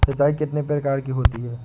सिंचाई कितनी प्रकार की होती हैं?